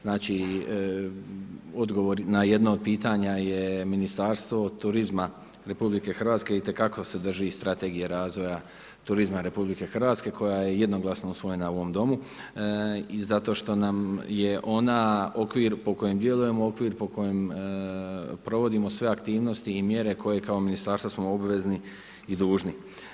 Znači odgovor na jedno od pitanje je Ministarstvo turizma RH itekako se drži strategija razvoja turizma RH koja je jednoglasno usvojena u ovom Domu i zato što nam je ona okvir po kojem djelujemo, po kojem provodimo sve aktivnosti i mjere koje kao ministarstvo smo obvezni i dužni.